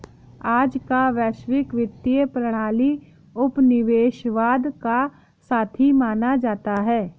आज का वैश्विक वित्तीय प्रणाली उपनिवेशवाद का साथी माना जाता है